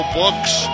books